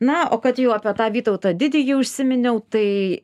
na o kad jau apie tą vytautą didįjį užsiminiau tai